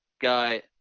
guy